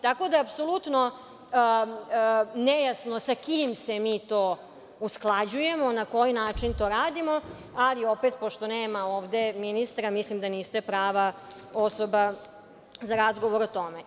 Tako da je apsolutno nejasno sa kim se mi to usklađujemo, na koji način to radimo, ali opet, pošto nema ovde ministra, mislim da niste prava osoba za razgovor o tome.